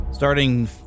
Starting